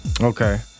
Okay